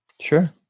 Sure